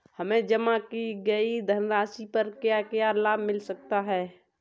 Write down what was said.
हमें जमा की गई धनराशि पर क्या क्या लाभ मिल सकता है?